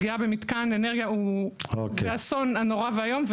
פגיעה במתקן אנרגיה זה אסון נורא ואיום,